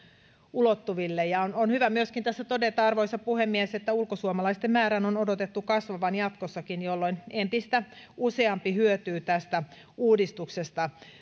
ulottuville on on hyvä myöskin tässä todeta arvoisa puhemies että ulkosuomalaisten määrän on odotettu kasvavan jatkossakin jolloin entistä useampi hyötyy tästä uudistuksesta